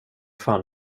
fan